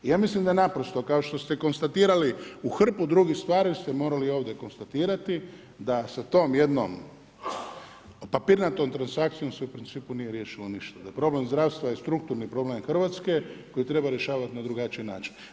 I ja mislim da naprosto kao što ste konstatirali u hrpu drugih stvari ste morali i ovdje konstatirati da sa tom jednom papirnatom transakcijom se u principu nije riješilo ništa, da problem zdravstva je strukturni problem Hrvatske koji treba rješavati na drugačiji način.